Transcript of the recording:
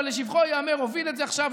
אבל לשבחו ייאמר שהוא הוביל את זה עכשיו,